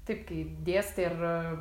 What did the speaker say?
taip kaip dėstai ar